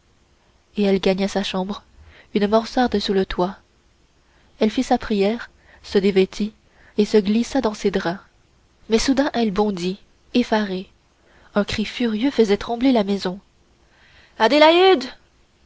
et elle gagna sa chambre une mansarde sous le toit elle fit sa prière se dévêtit et se glissa dans ses draps mais soudain elle bondit effarée un cri furieux faisait trembler la maison adélaïde